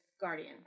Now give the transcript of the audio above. guardian